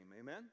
amen